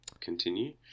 Continue